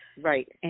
right